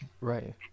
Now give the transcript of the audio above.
right